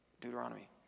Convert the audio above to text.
Deuteronomy